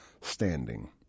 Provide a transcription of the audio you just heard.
standing